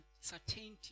certainty